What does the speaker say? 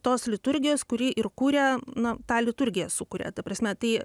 tos liturgijos kuri ir kuria na tą liturgiją sukuria ta prasme tai